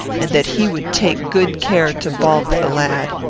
and that he would take good care to balk the lad.